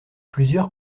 plusieurs